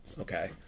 okay